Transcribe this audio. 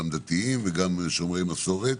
גם דתיים וגם שומרי מסורת,